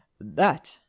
that